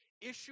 issue